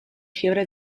fiebre